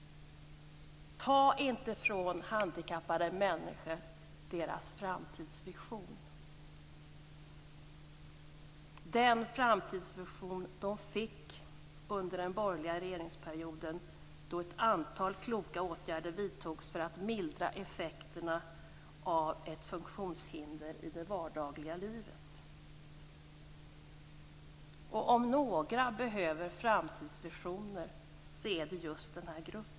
Ta inte ifrån handikappade människor deras framtidsvision - den framtidsvision de fick under den borgerliga regeringsperioden då ett antal kloka åtgärder vidtogs för att mildra effekterna av ett funktionshinder i det vardagliga livet. Om någon behöver framtidsvisioner är det just denna grupp.